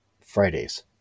Fridays